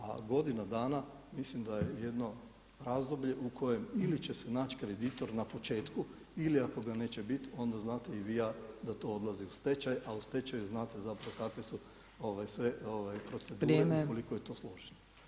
A godina dana, mislim da je jedno razdoblje u kojem ili će se naći kreditor na početku ili ako ga neće biti onda znate i vi i ja da to odlazi u stečaj, a u stečaju znate kakve su sve procedure i koliko je to složeno.